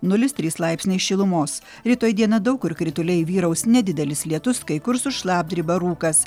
nulis trys laipsniai šilumos rytoj dieną daug kur krituliai vyraus nedidelis lietus kai kur su šlapdriba rūkas